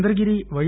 Chandragiri పై